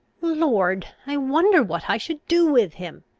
lord, i wonder what i should do with him.